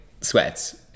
sweats